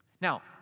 Now